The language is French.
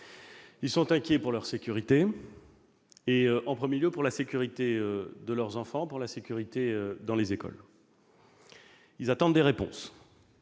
ils sont inquiets pour leur sécurité, en premier lieu pour celle de leurs enfants, pour la sécurité dans les écoles. Ils attendent des réponses.